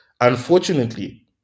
unfortunately